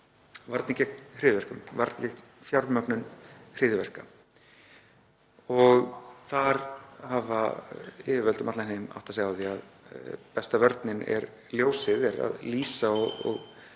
varnir gegn hryðjuverkum, varnir gegn fjármögnun hryðjuverka. Þar hafa yfirvöld um allan heim áttað sig á því að besta vörnin er ljósið, þ.e. að lýsa og